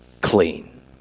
clean